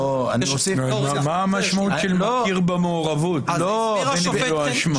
אבל מה המשמעות של מכיר במעורבות, אם לא אשמה?